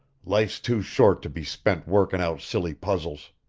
life's too short to be spent workin' out silly puzzles.